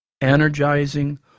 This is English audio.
energizing